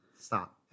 Stop